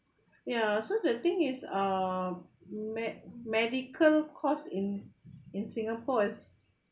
ya so the thing is um me~ medical costs in in singapore is